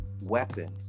weapon